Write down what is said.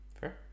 Fair